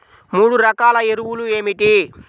మూడు రకాల ఎరువులు ఏమిటి?